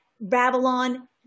Babylon